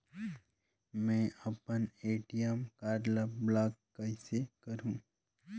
मै अपन ATM card ल ब्लाक कइसे करहूं?